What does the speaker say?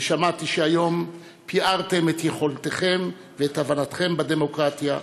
שמעתי שהיום פיארתם ביכולתכם והבנתכם בדמוקרטיה,